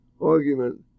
argument